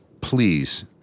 Please